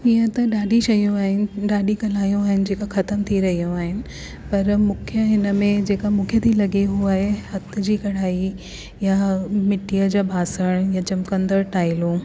हीअं त ॾाढी शयूं आहिनि ॾाढी कलायूं आहिनि जेका ख़तम थी र्यूंहि आहिनि पर मूंखे हिन में जेका मुख्य थी लॻे उहा आहे हथ जी कढ़ाई या मिट्टीअ जा बासण या चमकंदड़ टाइलूं